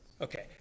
Okay